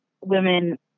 women